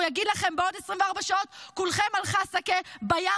הוא יגיד לכם: בעוד 24 שעות כולכם על חסקה בים,